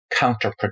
counterproductive